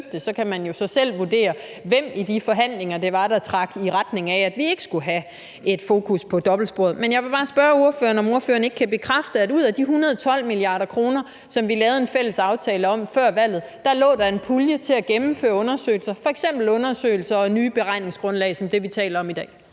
kan man jo så selv vurdere, hvem det var i de forhandlinger, der trak i retning af, at vi ikke skulle have et fokus på dobbeltsporet. Men jeg vil bare spørge ordføreren, om han ikke kan bekræfte, at ud af de 112 mia. kr., som vi lavede en fælles aftale om før valget, lå der en pulje til at gennemføre undersøgelser, f.eks. undersøgelser og nye beregningsgrundlag som dem, vi taler om i dag.